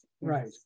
right